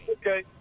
Okay